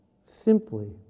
Simply